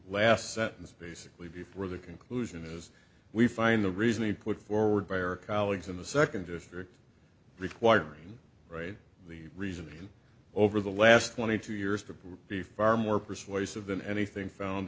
last sentence basically before the conclusion is we find a reason to put forward by our colleagues in the second district requiring right the reason over the last twenty two years to be far more persuasive than anything found